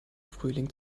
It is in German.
frühling